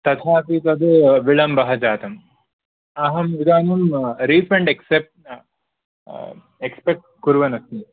तथापि तत् विलम्बः जातम् अहम् इदानीं रीफण्ड् एक्सेप्ट् एक्स्पेक्ट् कुर्वन् अस्मि